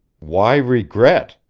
why regret?